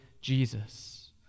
Jesus